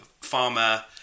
farmer